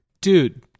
Dude